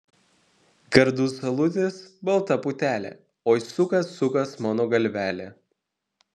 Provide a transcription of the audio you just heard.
gardus alutis balta putelė oi sukas sukas mano galvelė